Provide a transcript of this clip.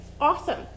awesome